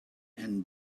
and